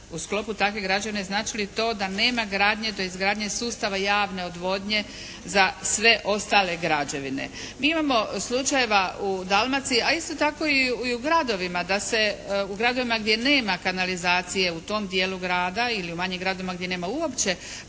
u sklopu takvih građevina znači li to da nema gradnje do izgradnje sustava javne odvodnje za sve ostale građevine? Mi imamo slučajeva u Dalmaciji, a isto tako i u gradovima da se, u gradovima gdje nema kanalizacije u tom dijelu grada ili u manjim gradovima gdje nema uopće